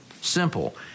simple